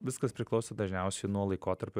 viskas priklauso dažniausiai nuo laikotarpio